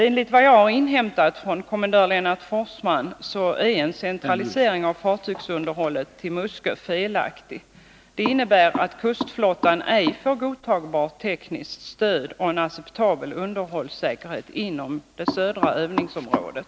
Enligt vad jag har inhämtat från kommendör Lennart Forsman är en centralisering av fartygsunderhållet till Muskö felaktig. Det innebär att kustflottan ej får godtagbart tekniskt stöd och en acceptabel underhållssäkerhet inom det södra övningsområdet.